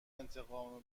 انتقام